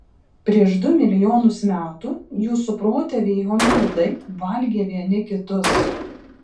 prieš du milijonus metų jūsų protėviai hominidai valgė vieni kitus